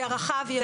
זה רחב יותר.